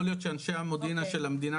יכול להיות שאנשי המודיעין של המדינה,